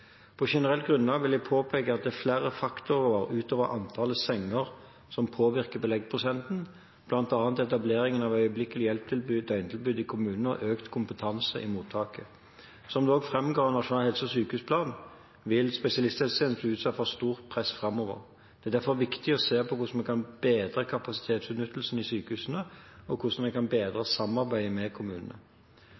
På generelt grunnlag vil jeg påpeke at det er flere faktorer utover antall senger som påvirker beleggsprosenten, bl.a. etablering av døgntilbud for øyeblikkelig hjelp i kommunene og økt kompetanse i mottaket. Som det også framgår av Nasjonal helse- og sykehusplan, vil spesialisthelsetjenesten bli utsatt for stort press framover. Det er derfor viktig å se på hvordan man kan bedre kapasitetsutnyttelsen i sykehusene, og hvordan man kan bedre